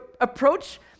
approach